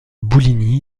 bouligny